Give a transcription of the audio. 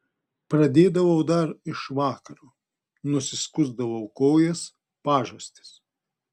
pradėdavau dar iš vakaro nusiskusdavau kojas pažastis